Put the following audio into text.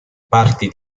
party